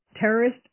terrorist